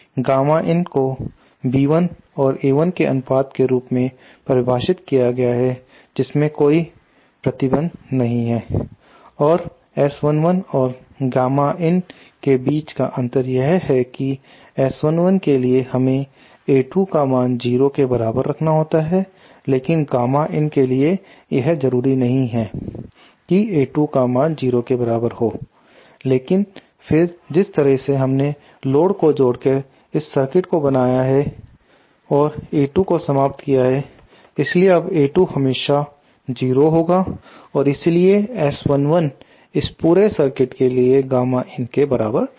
gamma in को B1 और A1 के अनुपात के रूप में परिभाषित किया गया है जिसमें कोई प्रतिबंध नहीं है और S11 और गामा in के बीच का अंतर यह है कि S11 के लिए हमें A2 का मान 0 के बराबर रखना होता है लेकिन गामा in के लिए यह जरूरी नहीं है कि A2 का मान 0 के बराबर हो लेकिन फिर जिस तरह से हमने इस लोड को जोड़कर इस सर्किट को बनाया है और A2 को समाप्त किया है इसलिए अब A2 हमेशा 0 होगा और इसलिए S11 इस पूरे सर्किट के लिए गामा in के बराबर होगा